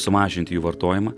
sumažinti jų vartojimą